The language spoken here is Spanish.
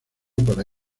para